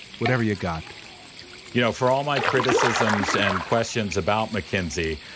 whatever you got you know, for all my criticisms and questions about mckinsey,